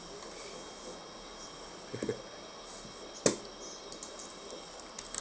(uh huh)